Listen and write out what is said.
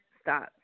stop